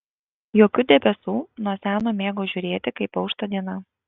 jokių debesų nuo seno mėgau žiūrėti kaip aušta diena